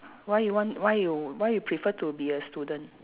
why you want why you why you prefer to be a student